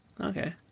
Okay